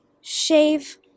shave